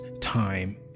time